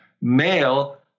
male